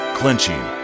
clenching